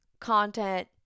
content